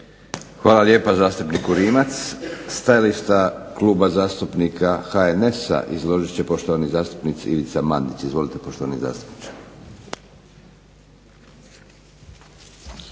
Hvala lijepa zastupniku Rimac. Stajališta Kluba zastupnika HNS-a izložit će poštovani zastupnik Ivica Mandić. Izvolite. **Mandić, Ivica